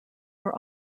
were